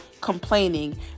complaining